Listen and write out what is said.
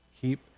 Keep